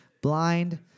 Blind